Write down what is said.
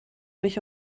mich